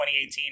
2018